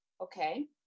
okay